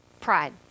Pride